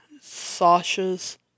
Sasha's